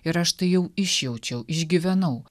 ir aš tai jau išjaučiau išgyvenau